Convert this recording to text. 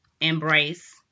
embrace